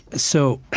so,